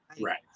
Right